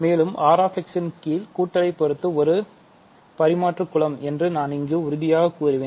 மேலும் Rx இன்கீழ் கூட்டலை பொறுத்துஒருபரிமாற்று குலம்என்று நான் இங்கு உறுதியாகக் கூறுவேன்